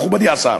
מכובדי השר,